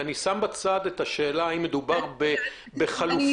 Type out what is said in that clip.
בצד את השאלה האם מדובר בחלופה.